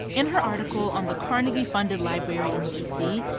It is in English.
in her article on the carnegie funded library in dc,